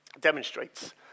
demonstrates